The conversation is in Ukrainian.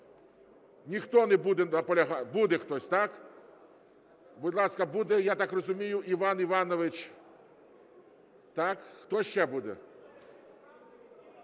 Ніхто не буде наполягати… Буде хтось, так. Будь ласка, буде, я так розумію, Іван Іванович. Так, хто ще буде?